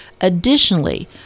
Additionally